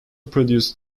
produced